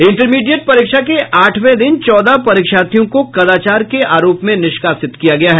intermediate परीक्षा के आठवें दिन चौदह परीक्षार्थियों को कदाचार के आरोप में निष्कासित किया गया है